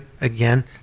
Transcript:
again